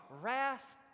wrath